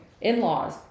in-laws